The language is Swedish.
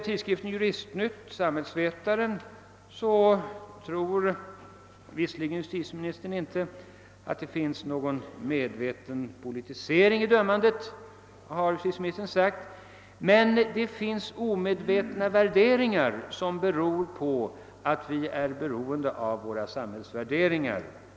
Visserligen tror inte justitieministern att det finns någon medveten politisering i dömandet, men enligt tidskriften Juristnytt/Samhällsvetaren har han sagt att det ändå finns omedvetna värderingar, som beror på att vi är beroende av våra samhällsvärderingar.